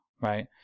right